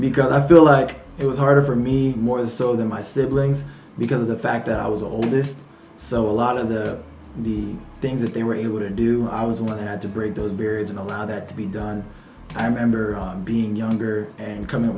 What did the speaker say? because i feel like it was harder for me more so than my siblings because of the fact that i was oldest so a lot of the the things that they were able to do i was what i had to break those periods and allow that to be done i remember being younger and coming up